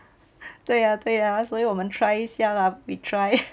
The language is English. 对呀对呀所以我们 try 一下 lah we try